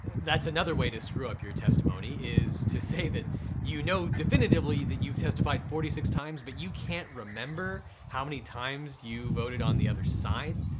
that's another way to screw up your testimony is to say that you know definitively that you've testified forty six times but you can't remember how many times you voted on the other side.